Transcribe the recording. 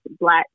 black